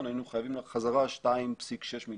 10,000,000,